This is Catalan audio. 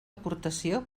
aportació